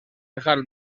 dejar